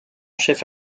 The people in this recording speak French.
chef